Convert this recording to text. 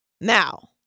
Now